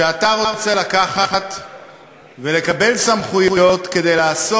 שאתה רוצה לקחת ולקבל סמכויות כדי לעשות